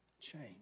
Change